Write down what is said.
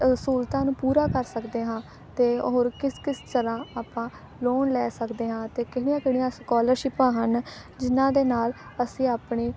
ਅ ਸਹੂਲਤਾਂ ਨੂੰ ਪੂਰਾ ਕਰ ਸਕਦੇ ਹਾਂ ਅਤੇ ਹੋਰ ਕਿਸ ਕਿਸ ਤਰ੍ਹਾਂ ਆਪਾਂ ਲੋਨ ਲੈ ਸਕਦੇ ਹਾਂ ਅਤੇ ਕਿਹੜੀਆਂ ਕਿਹੜੀਆਂ ਸਕੋਲਰਸ਼ਿੱਪਾਂ ਹਨ ਜਿਨ੍ਹਾਂ ਦੇ ਨਾਲ ਅਸੀਂ ਆਪਣੀ